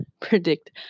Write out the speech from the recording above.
predict